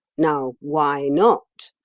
now, why not?